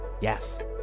Yes